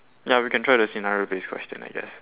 ya we can try the scenario based question I guess